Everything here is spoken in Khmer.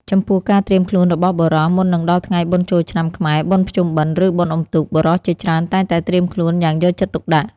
ចំពោះការត្រៀមខ្លួនរបស់បុរស មុននឹងដល់ថ្ងៃបុណ្យចូលឆ្នាំ ខ្មែរ បុណ្យភ្ជុំបិណ្ឌ ឬបុណ្យអុំទូក បុរសជាច្រើនតែងតែត្រៀមខ្លួនយ៉ាងយកចិត្តទុកដាក់។